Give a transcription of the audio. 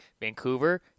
Vancouver